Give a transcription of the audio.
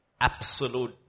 Absolute